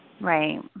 Right